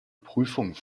prüfung